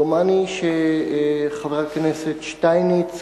דומני שחבר הכנסת שטייניץ,